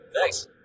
Nice